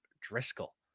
Driscoll